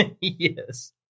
Yes